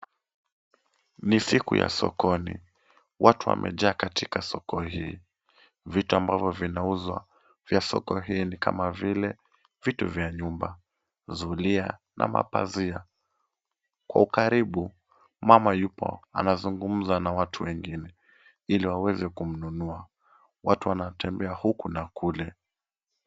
Ni siku ya sokoni, watu wamejaa katika soko hii, vitu ambavyo vinauzwa vya soko hii ni kama vile vitu vya nyumba, zulia na mapazia. Kwa ukaribu mama yupo anazungumza na watu wengine ili waweze kumnunua. Watu wanatembea huku na kule.